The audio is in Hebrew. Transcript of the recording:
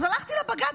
אז הלכתי לבג"ץ,